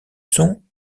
son